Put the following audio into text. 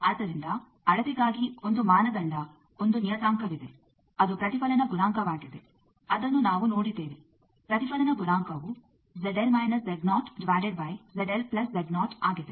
ಆದ್ದರಿಂದ ಅಳತೆಗಾಗಿ ಒಂದು ಮಾನದಂಡ ಒಂದು ನಿಯತಾಂಕವಿದೆ ಅದು ಪ್ರತಿಫಲನ ಗುಣಾಂಕವಾಗಿದೆ ಅದನ್ನು ನಾವು ನೋಡಿದ್ದೇವೆ ಪ್ರತಿಫಲನ ಗುಣಾಂಕವು ಆಗಿದೆ